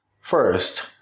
First